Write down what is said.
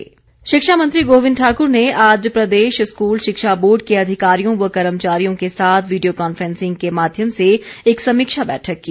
गोविंद ठाक्र शिक्षा मंत्री गोविंद ठाक्र ने आज प्रदेश स्कूल शिक्षा बोर्ड के अधिकारियों व कर्मचारियों के साथ वीडियो कांफ्रेंसिंग के माध्यम से एक समीक्षा बैठक की